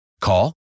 Call